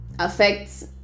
affects